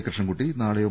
കൃഷ്ണൻകുട്ടി നാളെയോ